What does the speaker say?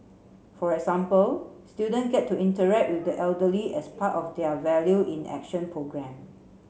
for example students get to interact with the elderly as part of their value in Action programme